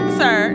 sir